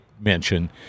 mention